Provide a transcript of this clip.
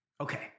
Okay